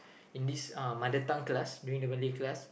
in this uh mother tongue class during the Malay class